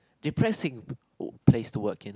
depressing place to walk in